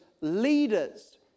leaders